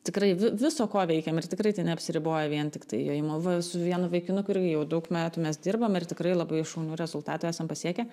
tikrai vi viso ko veikiam ir tikrai ten neapsiriboja vien tiktai jojimu va su vienu vaikinuku irgi jau daug metų mes dirbam ir tikrai labai šaunių rezultatų esam pasiekę